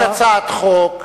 תגיש הצעת חוק,